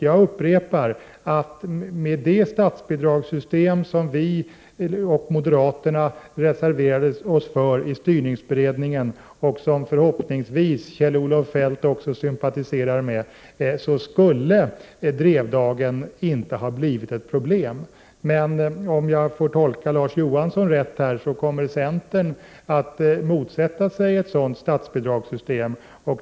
Jag upprepar: Med det statsbidragssystem som vi och moderaterna reserverade oss för i styrningsberedningen och som förhoppningsvis också Kjell-Olof Feldt sympatiserar med skulle Drevdagen inte ha blivit ett problem. Om jag tolkat Larz Johansson rätt kommer centern att motsätta sig ett sådant statsbidragssystem.